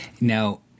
Now